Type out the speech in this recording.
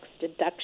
deduction